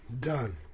done